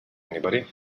anybody